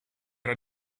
era